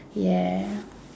ya